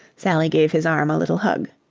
sally gave his arm a little hug.